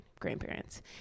grandparents